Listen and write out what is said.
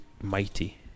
mighty